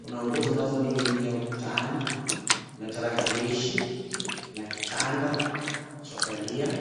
kuna nguo zinazoning'inia ukutani, kuna tarakilishi na kitanda walichokalia.